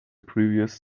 previous